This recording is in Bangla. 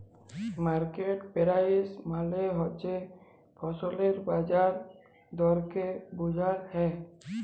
মার্কেট পেরাইস মালে হছে ফসলের বাজার দরকে বুঝাল হ্যয়